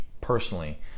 personally